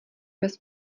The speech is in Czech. bez